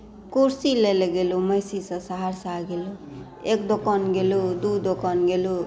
कुर्सी लै लए गेलहुँ महिषी से सहरसा गेलहुँ एक दोकान गेलहुँ दू दुकान गेलहुँ